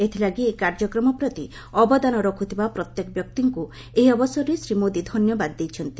ଏଥିଲାଗି ଏହି କାର୍ଯ୍ୟକ୍ରମ ପ୍ରତି ଅବଦାନ ରଖୁଥିବା ପ୍ରତ୍ୟେକ ବ୍ୟକ୍ତିଙ୍କୁ ଏହି ଅବସରରେ ଶ୍ରୀ ମୋଦି ଧନ୍ୟବାଦ ଦେଇଛନ୍ତି